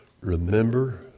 remember